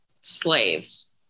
slaves